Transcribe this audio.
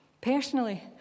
Personally